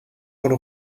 rôle